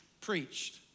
preached